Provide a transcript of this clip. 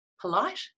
polite